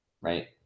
Right